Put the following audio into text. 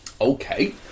Okay